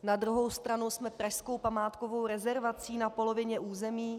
Na druhou stranu jsme pražskou památkovou rezervací na polovině území.